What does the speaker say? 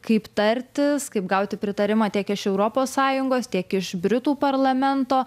kaip tartis kaip gauti pritarimą tiek iš europos sąjungos tiek iš britų parlamento